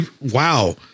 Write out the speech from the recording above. Wow